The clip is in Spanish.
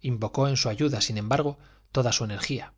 invocó en su ayuda sin embargo toda su energía